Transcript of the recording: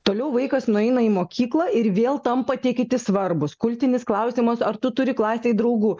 toliau vaikas nueina į mokyklą ir vėl tampa tie kiti svarbūs kultinis klausimas ar tu turi klasėj draugų